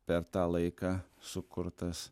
per tą laiką sukurtas